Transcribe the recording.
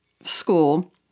school